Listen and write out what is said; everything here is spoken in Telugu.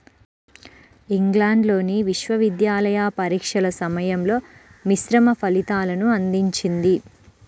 ఇంగ్లాండ్లోని విశ్వవిద్యాలయ పరీక్షల సమయంలో మిశ్రమ ఫలితాలను అందించింది